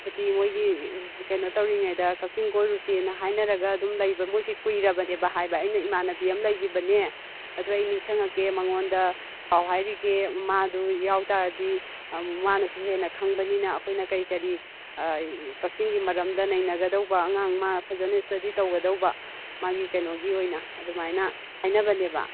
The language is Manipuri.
ꯑꯗꯨꯗꯤ ꯃꯣꯏꯒꯤ ꯀꯩꯅꯣ ꯇꯧꯔꯤꯉꯩꯗ ꯀꯛꯆꯤꯡ ꯀꯣꯏꯔꯨꯁꯦꯅ ꯍꯥꯏꯅꯔꯒ ꯑꯗꯨꯝ ꯂꯩꯕ ꯃꯣꯏꯁꯤ ꯀꯨꯏꯔꯕꯅꯦꯕ ꯍꯥꯏꯕ ꯑꯩꯅ ꯏꯃꯥꯟꯅꯕꯤ ꯑꯃ ꯂꯩꯈꯤꯕꯅꯦ ꯑꯗꯨ ꯑꯩ ꯅꯤꯡꯁꯪꯉꯛꯀꯦ ꯃꯉꯣꯟꯗ ꯄꯥꯎ ꯍꯥꯏꯈꯤꯒꯦ ꯃꯥꯗꯨ ꯌꯥꯎꯇꯥꯔꯗꯤ ꯃꯥꯅꯁꯨ ꯍꯦꯟꯅ ꯈꯪꯕꯅꯤꯅ ꯑꯩꯈꯣꯏꯅ ꯀꯔꯤ ꯀꯔꯤ ꯀꯛꯆꯤꯡꯒꯤ ꯃꯔꯝꯗ ꯅꯩꯅꯒꯗꯧꯕ ꯑꯉꯥꯡ ꯑꯃ ꯐꯖꯅ ꯏꯁꯇꯗꯤ ꯇꯧꯒꯗꯧꯕ ꯃꯥꯒꯤ ꯀꯩꯅꯣꯒꯤ ꯑꯣꯏꯅ ꯑꯗꯨꯃꯥꯏꯅ ꯍꯥꯏꯅꯕꯅꯦꯕ